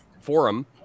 Forum